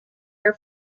air